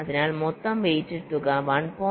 അതിനാൽ മൊത്തം വെയ്റ്റഡ് തുക 1